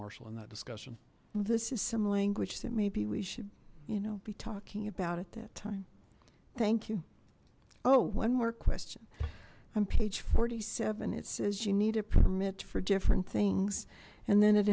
marshal in that discussion this is some language that maybe we should you know be talking about at that time thank you oh one more question on page forty seven it says you need a permit for different things and then it